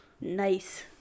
Nice